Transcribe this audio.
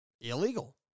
illegal